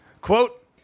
Quote